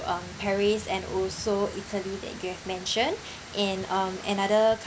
um paris and also italy that you have mentioned and um another cou~